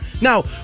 Now